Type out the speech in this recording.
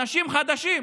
אנשים חדשים,